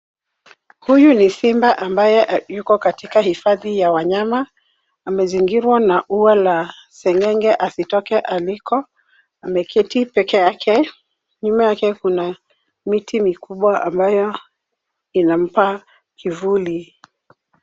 Huyu ni Simba ambaye Yuko katika hifadhi ya wanyama. Amezingirwa na ya la seng'eng'e asitoke aliko. Ameketi peke yake. Nyuma yake kuna miti mikubwa ambayo inampa kivuli.